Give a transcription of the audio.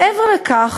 מעבר לכך,